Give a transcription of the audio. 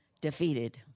defeated